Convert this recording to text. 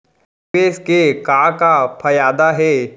निवेश के का का फयादा हे?